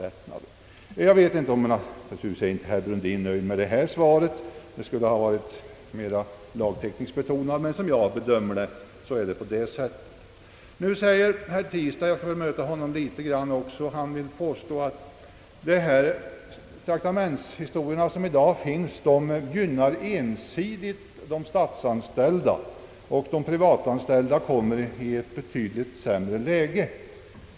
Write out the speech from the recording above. Herr Brundin är naturligtvis inte nöjd med detta svar, då det kanske borde ha varit mera lagtekniskt utformat, men såvitt jag kan bedöma förhåller det sig på detta sätt. Herr Tistad säger — jag måste även bemöta honom litet grand — att de bestämmelser om beskattning av traktamenten som gäller i dag ensidigt gynnar de statsanställda och att de privatanställda kommer i ett betydligt sämre läge.